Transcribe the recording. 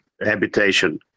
habitation